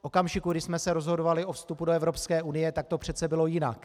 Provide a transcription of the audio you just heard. V okamžiku, kdy jsme se rozhodovali o vstupu do Evropské unie, tak to přece bylo jinak.